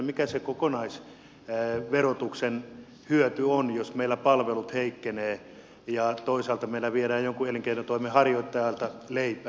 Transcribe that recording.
mikä se verotuksen kokonaishyöty on jos meillä palvelut heikkenevät ja toisaalta meillä viedään jonkun elinkeinotoimen harjoittajalta leipää